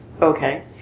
Okay